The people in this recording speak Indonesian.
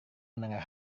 mendengar